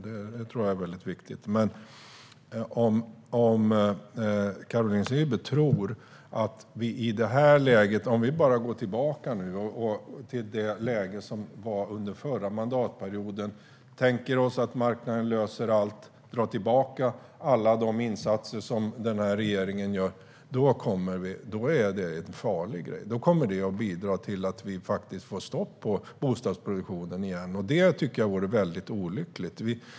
Det är väldigt viktigt. Om vi går tillbaka till det läge som rådde under den förra mandatperioden, tänker oss att marknaden löser allt, drar tillbaka alla de insatser som den här regeringen gör, då blir det farligt. Det kommer att bidra till att man får stopp på bostadsproduktionen igen, och det vore väldigt olyckligt.